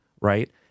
right